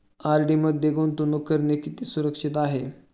RD मध्ये गुंतवणूक करणे किती सुरक्षित आहे?